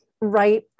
right